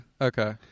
okay